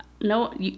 no